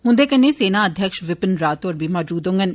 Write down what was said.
उन्दे कन्नै सेना अध्यक्ष बिपिन रावत बी मौजूद होङन